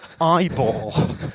eyeball